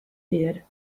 did